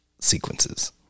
sequences